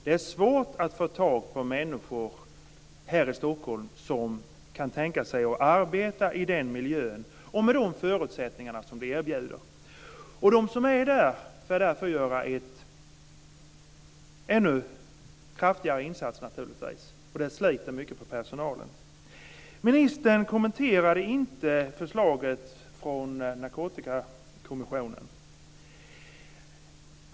Det är svårt att få tag på människor här i Stockholm som kan tänka sig att arbeta i den miljön och med de förutsättningar som erbjuds. De som är där får därför göra en ännu kraftigare insats, och det sliter mycket på personalen. Ministern kommenterade inte förslaget från Narkotikakommissionen.